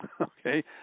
Okay